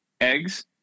Eggs